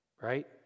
right